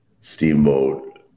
Steamboat